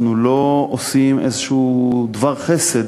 אנחנו לא עושים איזשהו דבר חסד,